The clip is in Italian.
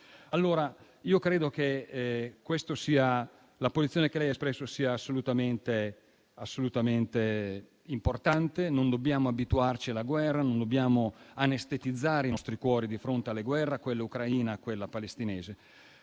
del nostro Paese. La posizione da lei espressa è assolutamente importante. Non dobbiamo abituarci alla guerra. Non dobbiamo anestetizzare i nostri cuori di fronte alle guerre, a quella ucraina e quella palestinese.